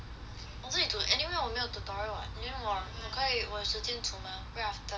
我自己煮 anyway 我没有 tutorial [what] then 我可以我有时间煮 mah right after my